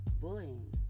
bullying